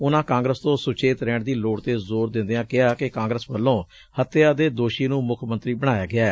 ਉਨੂਾਂ ਕਾਂਗਰਸ ਤੋਂ ਸੁਚੇਤ ਰਹਿਣ ਦੀ ਲੋੜ ਤੇ ਜ਼ੋਰ ਦਿੰਦਿਆਂ ਕਿਹਾ ਕਿ ਕਾਂਗਰਸ ਵੱਲੋਂ ਹਤਿਆ ਦੇ ਦੋਸ਼ੀ ਨੂੰ ਮੁੱਖ ਮੰਤਰੀ ਬਣਾਇਆ ਗਿਐ